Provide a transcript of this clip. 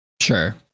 Sure